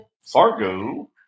Fargo